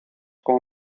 como